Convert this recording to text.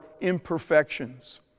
imperfections